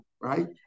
right